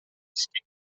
whisky